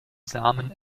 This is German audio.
samen